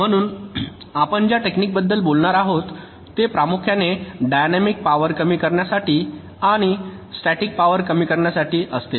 म्हणून आपण ज्या टेक्निकबद्दल बोलणार आहोत ते प्रामुख्याने डायनॅमिक पॉवर कमी करण्यासाठी आणि येथे स्टॅटिक पॉवर कमी करण्यासाठी असतील